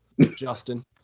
Justin